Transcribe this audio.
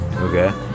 Okay